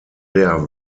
der